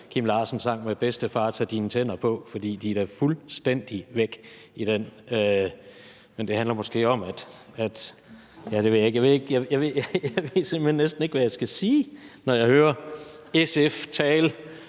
Kim Larsen-sang »Bedstefar, tag dine tænder på«, fordi de er da fuldstændig væk, men det handler måske om, at ... Nej, jeg ved simpelt hen næsten ikke, hvad jeg skal sige, når jeg hører SF tale